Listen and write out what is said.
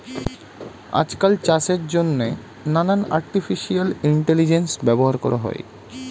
আজকাল চাষের জন্যে নানান আর্টিফিশিয়াল ইন্টেলিজেন্স ব্যবহার করা হয়